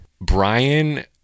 Brian